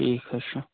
ٹھیٖک حظ چھُ